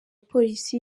polisi